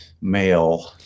male